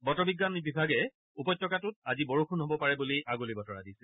বতৰ বিজ্ঞান বিভাগে উপত্যকাটোত আজি বৰষুণ হব পাৰে বুলি আগলি বতৰা দিছে